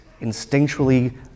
instinctually